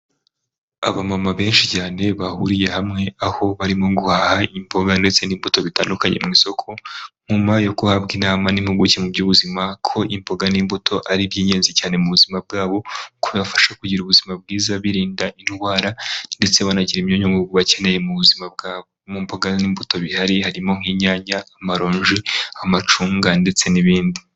Abamama benshi cyane bahuriye hamwe, aho barimo guhaha imboga ndetse n'imbuto bitandukanye mu isoko, nyuma yo guhabwa inama n'impuguke mu by'ubuzima ko imboga n'imbuto ari iby'ingenzi cyane mu buzima bwabo, kuko bibafasha kugira ubuzima bwiza birinda indwara ndetse banagira imyunyu ngugu bakeneye mu buzima bwabo. Mu mboga n'imbuto bihari harimo nk'inyanya, amaronji, amacunga, ndetse n'ibindi.